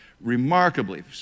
remarkably